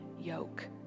yoke